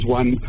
one